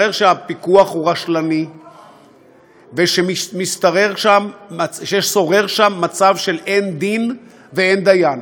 מתברר שהפיקוח רשלני וששורר שם מצב של אין דין ואין דיין.